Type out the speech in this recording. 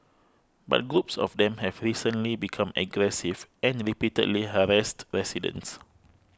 but groups of them have recently become aggressive and repeatedly harassed residents